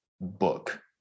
book